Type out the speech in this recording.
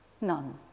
None